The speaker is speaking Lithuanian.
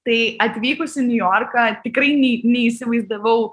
tai atvykus į niujorką tikrai nei neįsivaizdavau